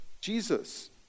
Jesus